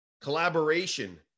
collaboration